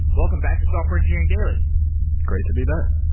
welcome back to software engineering daily great to be back.